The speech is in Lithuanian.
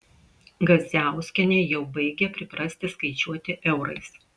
gazdziauskienė jau baigia priprasti skaičiuoti eurais